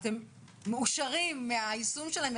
ואתם מאושרים מהיישום שלהם,